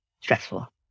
stressful